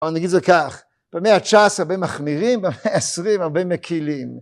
אבל נגיד את זה כך, במאה ה-19 הרבה מחמירים, במאה ה-20 הרבה מקילים.